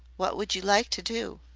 what would you like to do?